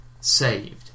saved